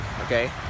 okay